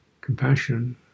compassion